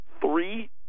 three